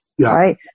right